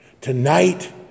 Tonight